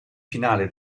finale